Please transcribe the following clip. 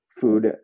food